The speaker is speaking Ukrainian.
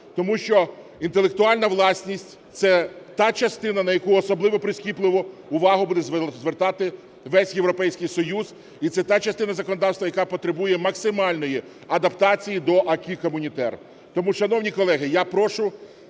тому що інтелектуальна власність – це та частина, на яку особливо прискіпливу увагу буде звертати весь Європейський Союз, і це та частина законодавства, яка потребує максимальної адаптації до aсquis communautaire. Тому, шановні колеги, я прошу